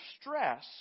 stress